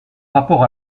rapport